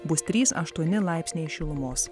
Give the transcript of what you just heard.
bus trys aštuoni laipsniai šilumos